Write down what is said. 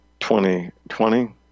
2020